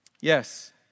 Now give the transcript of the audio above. Yes